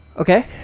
Okay